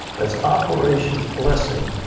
that's operation blessing.